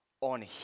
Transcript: on